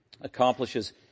accomplishes